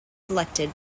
selected